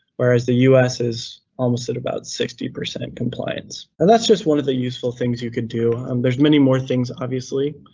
whereas the us is almost at about sixty percent compliance. and that's just one of the useful things you could do. um there's many more things obviously,